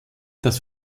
das